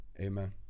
amen